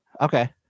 okay